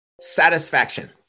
satisfaction